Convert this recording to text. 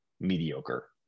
mediocre